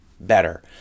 better